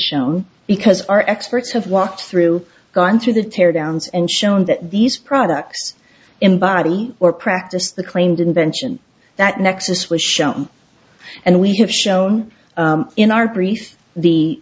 shown because our experts have walked through gone through the tear downs and shown that these products embody or practice the claimed invention that nexus was shown and we have shown in our brief the